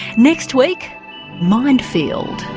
next week mindfield!